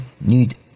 need